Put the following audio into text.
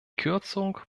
kürzung